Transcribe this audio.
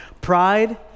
Pride